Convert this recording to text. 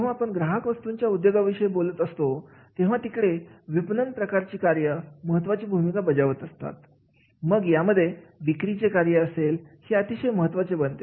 जेव्हा आपण ग्राहक वस्तूंच्या उद्योगाविषयी बोलत असतो तेव्हा इकडे विपणन प्रकारची कार्य महत्त्वाची भूमिका बजावत असतात मग यामध्ये विक्रीचे कार्य असेल हे अतिशय महत्त्वाचे बनते